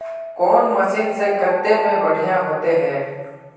कौन मशीन से कते में बढ़िया होते है?